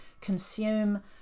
consume